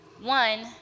One